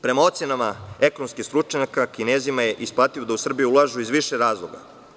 Prema ocenama ekonomski stručnjaka, Kinezima je isplativo da u Srbiju ulažu iz više razloga.